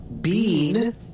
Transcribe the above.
bean